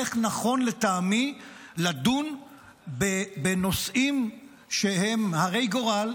איך נכון לטעמי לדון בנושאים שהם הרי גורל,